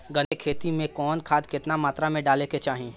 गन्ना के खेती में कवन खाद केतना मात्रा में डाले के चाही?